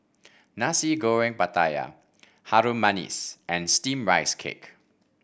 Nasi Goreng Pattaya Harum Manis and steamed Rice Cake